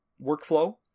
workflow